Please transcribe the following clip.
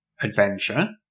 adventure